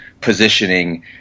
positioning